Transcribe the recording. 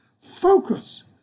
Focus